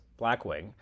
Blackwing